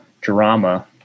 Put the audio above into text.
drama